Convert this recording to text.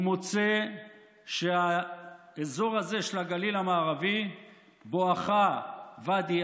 הוא מוצא שהאזור הזה של הגליל המערבי בואכה ואדי